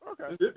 Okay